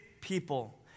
people